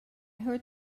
heard